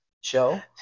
show